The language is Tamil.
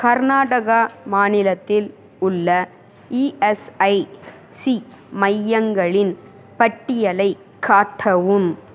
கர்நாடகா மாநிலத்தில் உள்ள இஎஸ்ஐசி மையங்களின் பட்டியலைக் காட்டவும்